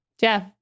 Jeff